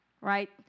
right